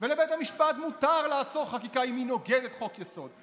ולבית המשפט מותר לעצור חקיקה אם היא נוגדת חוק-יסוד,